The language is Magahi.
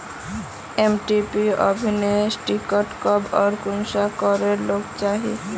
एम.टी.पी अबोर्शन कीट कब आर कुंसम करे लेना चही?